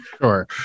Sure